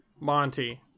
Monty